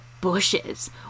bushes